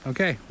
Okay